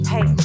Hey